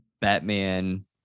Batman